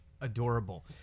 adorable